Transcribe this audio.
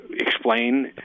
explain